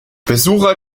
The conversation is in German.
besucher